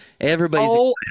Everybody's